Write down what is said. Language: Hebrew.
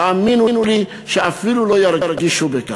תאמינו לי שאפילו לא ירגישו בכך.